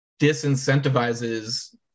disincentivizes